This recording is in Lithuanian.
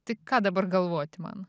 tai ką dabar galvoti man